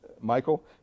Michael